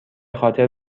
خاطر